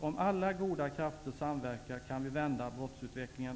Om alla goda krafter samverkar, kan vi vända brottsutvecklingen.